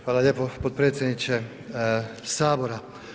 Hvala lijepo potpredsjedniče Sabora.